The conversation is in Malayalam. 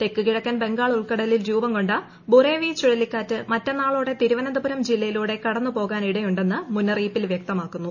തെക്ക് കിഴക്കൻ ബംഗാൾ ഉൾക്കടലിൽ രൂപം കൊണ്ട ബുറേവി ചുഴലിക്കാറ്റ് മറ്റന്നാളോടെ തിരുവനന്തപുരം ജില്ലയിലൂടെ കടന്നു പോകാനിടയുണ്ടെന്നു മുന്നറിയിപ്പിൽ വ്യക്തമാക്കുന്നു